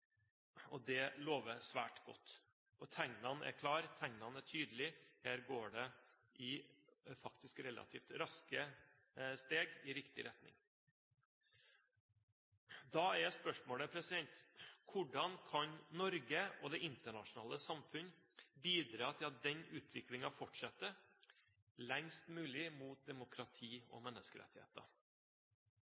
Det lover svært godt, og tegnene er klare, tegnene er tydelige: Her går det med relativt raske steg i riktig retning. Da er spørsmålet: Hvordan kan Norge og det internasjonale samfunn bidra til at utviklingen mot demokrati og menneskerettigheter fortsetter, lengst mulig? Svaret på det er ved fortsatt å bruke gulrot og